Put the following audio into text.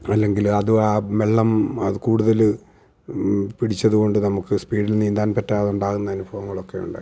അല്ലെങ്കിൽ അതും ആ വെള്ളം അതു കൂടുതൽ പിടിച്ചതുകൊണ്ട് നമുക്ക് സ്പീഡിൽ നീന്താൻ പറ്റാതുണ്ടാകുന്ന അനുഭവങ്ങളൊക്കെ ഉണ്ടായിട്ടുണ്ട്